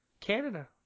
Canada